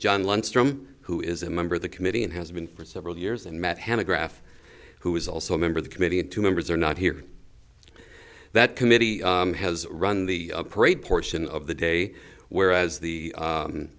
trump who is a member of the committee and has been for several years and met hannah graff who is also a member of the committee and two members are not here that committee has run the parade portion of the day whereas the